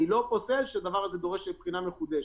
אני לא פוסל שהדבר הזה דורש בחינה מחודשת.